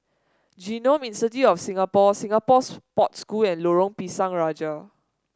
Genome Institute of Singapore Singapore Sports School and Lorong Pisang Raja